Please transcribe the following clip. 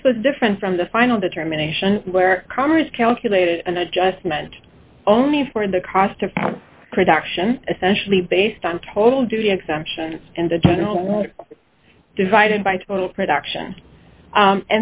this was different from the final determination where congress calculated an adjustment only for the cost of production essentially based on total duty exemptions and the general divided by total production